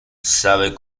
sabe